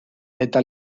eta